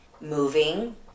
moving